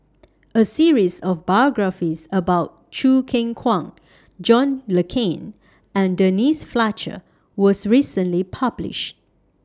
A series of biographies about Choo Keng Kwang John Le Cain and Denise Fletcher was recently published